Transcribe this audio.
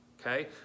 Okay